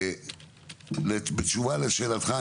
בתשובה לשאלתך,